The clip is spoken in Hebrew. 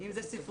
אם אלה ספריות,